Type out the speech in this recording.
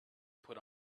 put